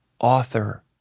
author